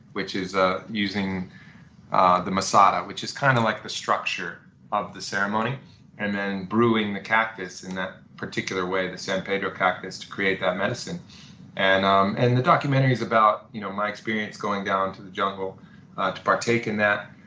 which is ah using ah the mesada, which is kind of like the structure of the ceremony and then brewing the cactus in that particular way, the san pedro cactus, to create that medicine and um and the documentary is about you know my experiencing going down to the jungle to partake in that,